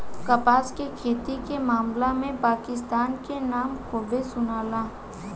कपास के खेती के मामला में पाकिस्तान के नाम खूबे सुनाला